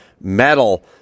metal